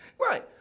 Right